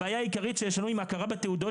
הבעיה העיקרית שיש לנו עם ההכרה בתעודות